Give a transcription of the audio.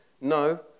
No